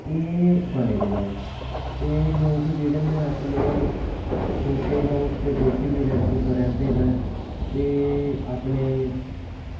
एह् बने दे न ते लोक जेह्ड़े न अपने छोटे हाऊस दे बिच्च बी रेंट पर रौंह्दे न ते अपने